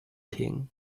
king